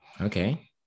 Okay